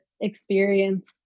experience